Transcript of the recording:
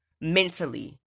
mentally